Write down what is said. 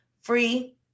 free